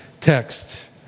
text